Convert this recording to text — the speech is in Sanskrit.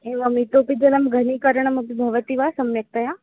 एवम् इतोऽपि घनीकरणमपि भवति वा सम्यक्तया